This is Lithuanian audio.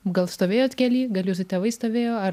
gal stovėjot kely gal jūsų tėvai stovėjo ar